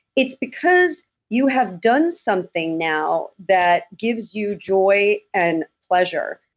it's because you have done something now that gives you joy and pleasure.